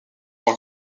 tant